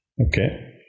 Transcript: Okay